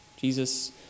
Jesus